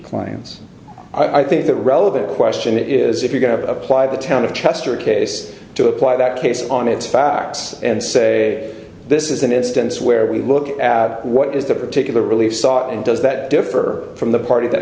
clients i think the relevant question is if you're going to apply the town of chester case to apply that case on its facts and say this is an instance where we look at what is the particular relief sought in does that differ from the party that